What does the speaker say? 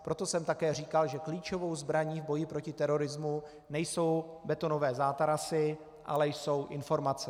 Proto jsem také říkal, že klíčovou zbraní v boji proti terorismu nejsou betonové zátarasy, ale informace.